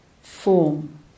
form